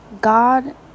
God